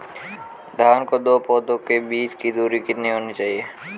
धान के दो पौधों के बीच की दूरी कितनी होनी चाहिए?